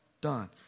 done